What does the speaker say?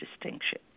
distinction